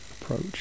approach